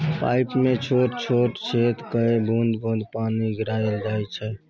pipe मे छोट छोट छेद कए बुंद बुंद पानि गिराएल जाइ छै